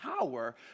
power